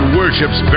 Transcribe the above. worships